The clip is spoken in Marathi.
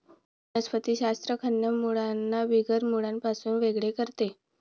वनस्पति शास्त्र खऱ्या मुळांना बिगर मुळांपासून वेगळे करते